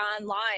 online